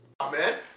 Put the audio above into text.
Amen